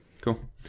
cool